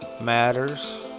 matters